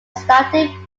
starting